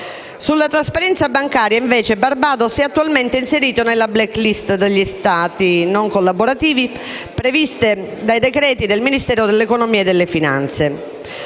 Sulla trasparenza bancaria, invece, Barbados è attualmente inserito nelle *black list* degli Stati non collaborativi previste dai decreti del Ministero dell'economia e delle finanze.